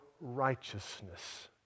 righteousness